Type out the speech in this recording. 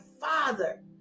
father